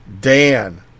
Dan